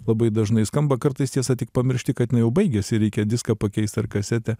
labai dažnai skamba kartais tiesa tik pamiršti kad jinai jau baigėsi ir reikia diską pakeist ar kasetę